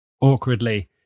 awkwardly